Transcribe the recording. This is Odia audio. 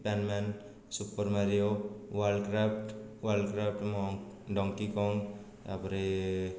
PAN man Super Mario world craft world craft monk Donkey Kong ତା'ପରେ